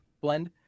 blend